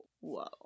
whoa